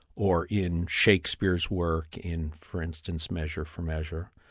or in shakespeare's work in, for instance, measure for measure.